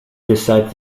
decide